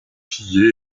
pillée